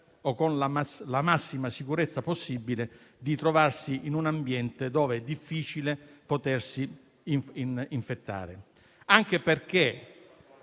con la massima sicurezza possibile di trovarsi in un ambiente in cui è difficile potersi infettare. Questo anche perché